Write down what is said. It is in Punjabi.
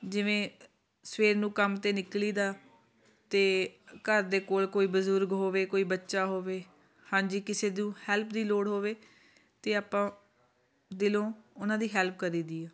ਜਿਵੇਂ ਸਵੇਰ ਨੂੰ ਕੰਮ 'ਤੇ ਨਿਕਲੀ ਦਾ ਅਤੇ ਘਰ ਦੇ ਕੋਲ ਕੋਈ ਬਜ਼ੁਰਗ ਹੋਵੇ ਕੋਈ ਬੱਚਾ ਹੋਵੇ ਹਾਂਜੀ ਕਿਸੇ ਨੂੰ ਹੈਲਪ ਦੀ ਲੋੜ ਹੋਵੇ ਅਤੇ ਆਪਾਂ ਦਿਲੋਂ ਉਹਨਾਂ ਦੀ ਹੈਲਪ ਕਰੀਦੀ ਆ